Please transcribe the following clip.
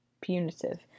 punitive